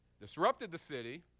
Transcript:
disrupted the city,